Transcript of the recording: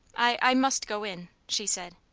i i must go in, she said.